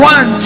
One